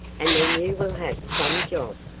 and then you will have some job.